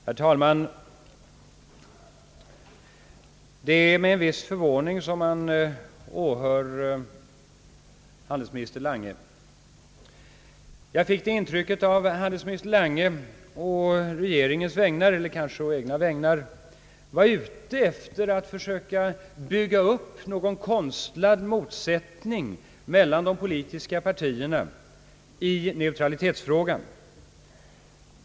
Herr talman! Det är med en viss förvåning man åhör handelsminister Lange. Jag fick det intrycket, att handelsminister Lange å regeringens vägnar och å egna vägnar var ute efter att försöka bygga upp någon konstlad motsättning mellan de politiska partierna i neutralitetsfrågan.